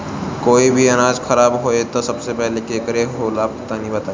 कोई भी अनाज खराब होए से पहले का करेके होला तनी बताई?